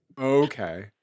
okay